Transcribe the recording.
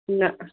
ना हांं